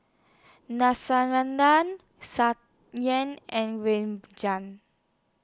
and